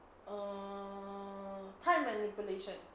err time manipulation